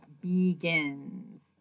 begins